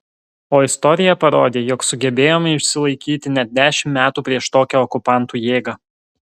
o istorija parodė jog sugebėjome išsilaikyti net dešimt metų prieš tokią okupantų jėgą